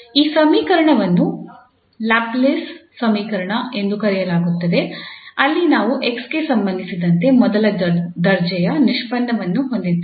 ಈ ಸಮೀಕರಣವನ್ನು ಲ್ಯಾಪ್ಲೇಸ್ ಸಮೀಕರಣ ಎಂದು ಕರೆಯಲಾಗುತ್ತದೆ ಅಲ್ಲಿ ನಾವು 𝑥 ಗೆ ಸಂಬಂಧಿಸಿದಂತೆ ಮೊದಲ ದರ್ಜೆಯ ನಿಷ್ಪನ್ನವನ್ನು ಹೊಂದಿದ್ದೇವೆ